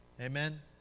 Amen